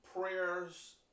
prayers